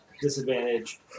disadvantage